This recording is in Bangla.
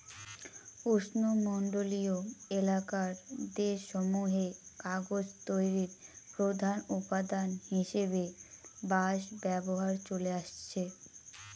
উষ্ণমন্ডলীয় এলাকার দেশসমূহে কাগজ তৈরির প্রধান উপাদান হিসাবে বাঁশ ব্যবহার চলে আসছে